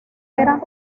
eran